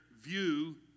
view